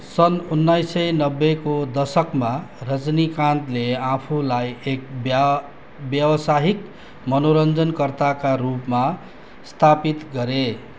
सन् उन्नाइस सय नब्बेको दशकमा रजनीकान्तले आफूलाई एक व्य व्यवसायिक मनोरञ्जनकर्ताका रूपमा स्थापित गरे